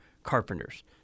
carpenters